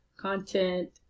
content